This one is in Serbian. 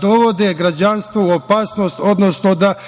dovode građanstvo u opasnost, odnosno da